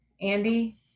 Andy